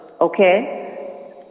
okay